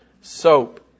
soap